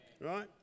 Right